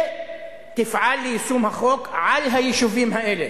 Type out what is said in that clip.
ותפעל ליישום החוק על היישובים האלה.